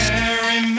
Mary